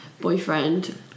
boyfriend